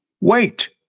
Wait